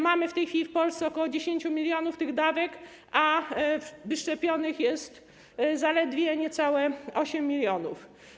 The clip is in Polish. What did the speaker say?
Mamy w tej chwili w Polsce ok. 10 mln dawek, a wyszczepionych jest zaledwie niecałe 8 mln.